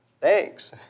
Thanks